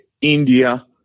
India